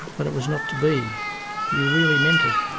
but it was not to be you really meant it.